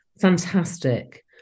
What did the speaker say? fantastic